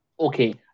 Okay